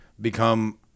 become